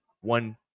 one